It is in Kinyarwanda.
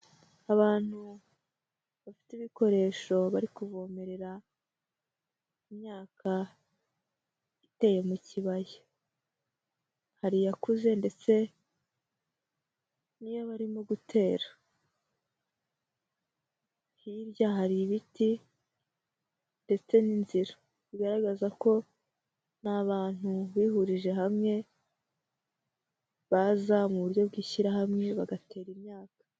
Abantu bafite ibikoresho bari kuvomerera imyaka iteye mu kibaya. hari iyakuze ndetse n'iyo barimo gutera. Hirya hari ibiti ndetse n'inzira. Ni abantu bihurije hamwe baza mu buryo bw'ishyirahamwe bagatera imyaka.